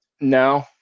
No